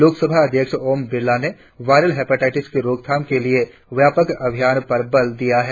लोकसभा अध्यक्ष ओम बिरला ने viral hepatitis की रोकथाम के लिए व्यापक अभियान पर बल दिया है